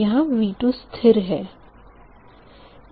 यहाँ V2 स्थिर है